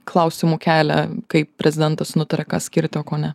klausimų kelia kaip prezidentas nutarė ką skirti o ko ne